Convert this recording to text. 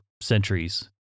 centuries